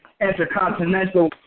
Intercontinental